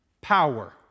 power